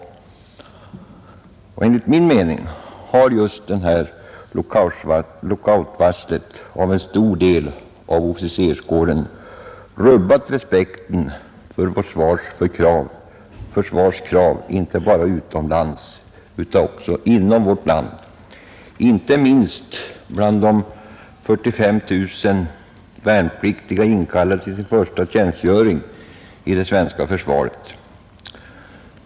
Enligt min mening har detta lockoutvarsel beträffande en stor del av officerskåren rubbat respekten för vårt försvar inte bara utomlands utan också inom vårt land, inte minst bland de 45 000 värnpliktiga som är inkallade till sin första tjänstgöring i det svenska försvaret.